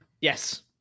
Yes